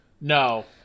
No